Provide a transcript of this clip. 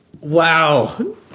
Wow